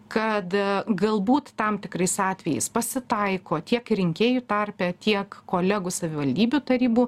kad galbūt tam tikrais atvejais pasitaiko tiek ir rinkėjų tarpe tiek kolegų savivaldybių tarybų